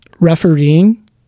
refereeing